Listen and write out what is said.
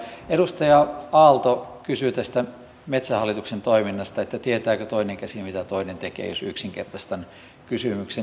edustaja aalto kysyi tästä metsähallituksen toiminnasta tietääkö toinen käsi mitä toinen tekee jos yksinkertaistan kysymyksen